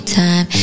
time